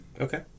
Okay